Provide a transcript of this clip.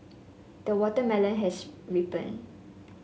the watermelon has ripened